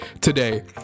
today